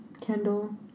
Kendall